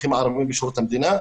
האזרחים הערבים בשירות המדינה.